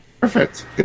Perfect